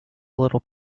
little